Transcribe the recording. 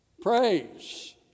praise